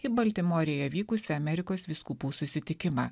į baltimorėje vykusį amerikos vyskupų susitikimą